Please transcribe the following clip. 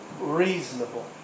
reasonable